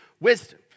wisdom